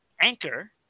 Anchor